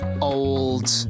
old